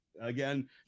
again